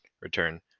return